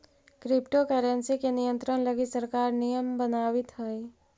crypto currency के नियंत्रण लगी सरकार नियम बनावित हइ